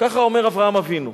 ככה אומר אברהם אבינו.